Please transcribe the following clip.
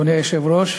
אדוני היושב-ראש,